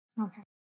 Okay